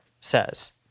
says